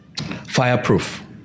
Fireproof